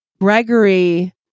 Gregory